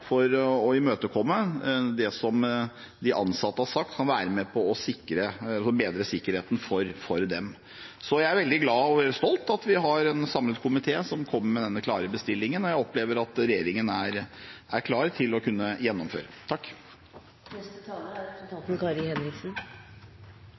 for å imøtekomme det de ansatte har sagt kan være med på å bedre sikkerheten for dem. Så jeg er veldig glad for og stolt over at vi har en samlet komité som kommer med denne bestillingen, og jeg opplever at regjeringen er klar til å kunne gjennomføre dette. Jeg vil først takke saksordføreren for et godt samarbeid. Det er